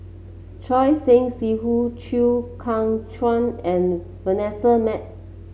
Choor Singh Sidhu Chew Kheng Chuan and Vanessa Mae